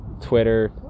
Twitter